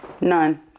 None